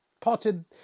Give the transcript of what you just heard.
potted